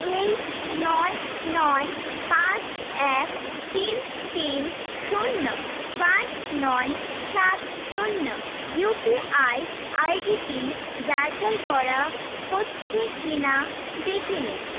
এই নয় নয় পাঁচ এক তিন তিন শূন্য পাঁচ নয় সাত শূন্য ইউপিআই আই ডিটি যাচাই করা হচ্ছে কি না দেখে নিন